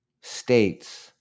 states